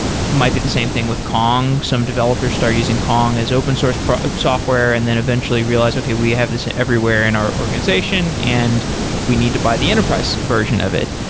might be the same thing with kong. some developers start using kong as open source software and then eventually realize, okay, we have this everywhere in our organization and we need to buy the enterprise version of it.